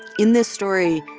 in this story,